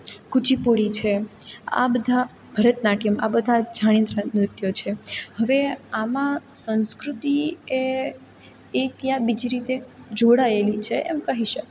કુચીપુડી છે આ બધા ભરતનાટ્યમ આ બધા જાણીતા નૃત્યો છે હવે આમાં સંસ્કૃતિ એ એક યા બીજી રીતે જોડાયેલી છે એમ કહી શકાય